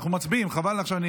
אנחנו מצביעים, חבל עכשיו.